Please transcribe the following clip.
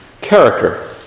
character